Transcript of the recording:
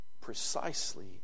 precisely